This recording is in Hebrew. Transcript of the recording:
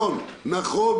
נכון.